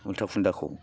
उल्था खुन्दाखौ